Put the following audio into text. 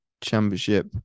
Championship